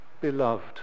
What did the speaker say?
beloved